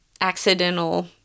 accidental